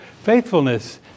Faithfulness